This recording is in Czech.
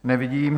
Nevidím.